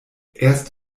erst